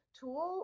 tool